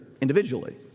individually